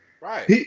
Right